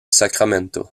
sacramento